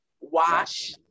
wash